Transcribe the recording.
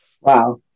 Wow